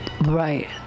Right